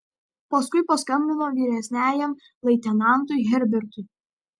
paskui paskambino vyresniajam leitenantui herbertui